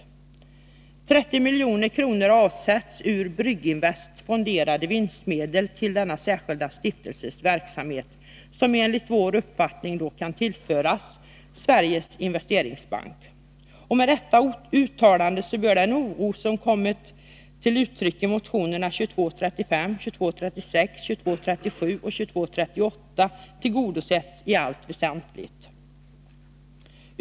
Ur Brygginvests fonderade vinstmedel avsätts 30 milj.kr. till den särskilda stiftelsens verksamhet, medel som enligt vår uppfattning kan tillföras exempelvis Sveriges Investeringsbank AB. Med detta uttalande bör den oro som kommit till uttryck i motionerna 2235, 2236, 2237 och 2238 ha tillgodosetts i allt väsentligt.